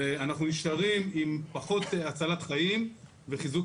אנחנו נשארים עם פחות הצלת חיים בחיזוק